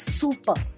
super